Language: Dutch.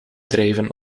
drijven